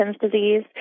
disease